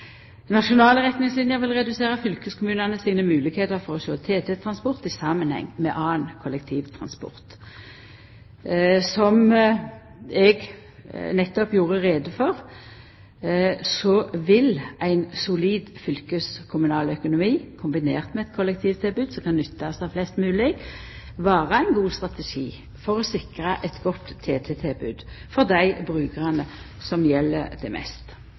Nasjonale retningslinjer vil redusera fylkeskommunane sine moglegheiter for å sjå TT-transport i samanheng med annan kollektivtransport. Som eg nettopp gjorde greie for, vil ein solid fylkeskommunal økonomi, kombinert med eit kollektivtilbod som kan nyttast av flest mogleg, vera ein god strategi for å sikra eit godt TT-tilbod for dei brukarane som treng det mest.